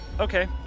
Okay